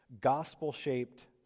Gospel-shaped